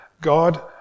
God